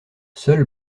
seul